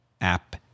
app